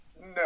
No